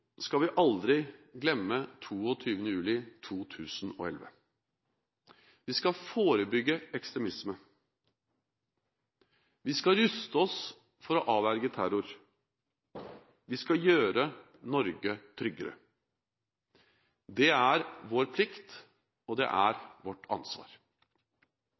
skal vi aldri glemme 22. juli 2011. Vi skal forebygge ekstremisme. Vi skal ruste oss for å avverge terror. Vi skal gjøre Norge tryggere. Det er vår plikt, og det er vårt ansvar.